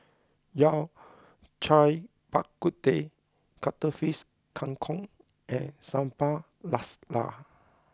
Yao Cai Bak Kut Teh Cuttlefish Kang Kong and Sambal Lasla